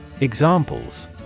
Examples